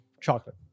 chocolate